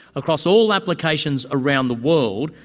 across all applications around the world,